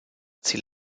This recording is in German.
ziel